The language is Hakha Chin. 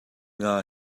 nga